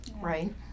Right